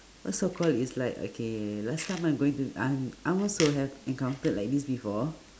cause so called it's like okay last time I'm going to I'm I'm also have encountered like this before